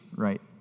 Right